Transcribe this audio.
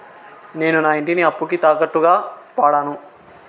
నేను నా ఇంటిని అప్పుకి తాకట్టుగా వాడాను